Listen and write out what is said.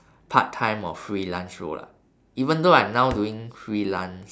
part time or freelance role lah even though I'm now doing freelance